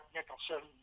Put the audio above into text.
Nicholson